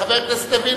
חבר הכנסת לוין,